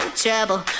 trouble